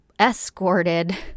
escorted